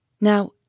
Now